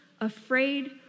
afraid